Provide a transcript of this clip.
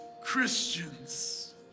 Christians